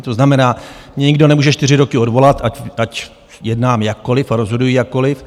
To znamená, mě nikdo nemůže čtyři roky odvolat, ať jednám jakkoliv a rozhoduji jakkoliv.